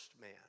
man